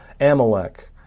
Amalek